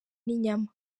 n’inyama